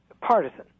partisan